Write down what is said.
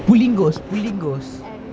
pullingos pullingos